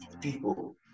people